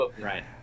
Right